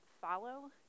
follow